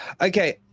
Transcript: okay